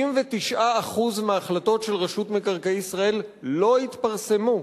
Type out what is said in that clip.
99% מההחלטות של רשות מקרקעי ישראל לא התפרסמו.